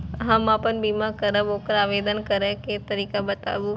हम आपन बीमा करब ओकर आवेदन करै के तरीका बताबु?